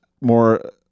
more